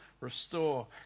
restore